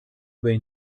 been